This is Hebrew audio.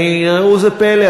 ראו זה פלא,